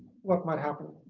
what might happen.